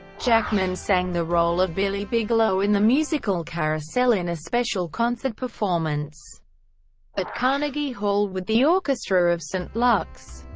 jackman sang the role of billy bigelow in the musical carousel in a special concert performance at carnegie hall with the orchestra of st. luke's.